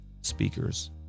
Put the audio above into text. speakers